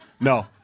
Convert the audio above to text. no